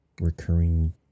recurring